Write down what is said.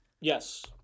Yes